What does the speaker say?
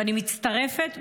ואני מצטרפת,